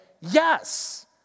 yes